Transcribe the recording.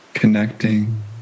connecting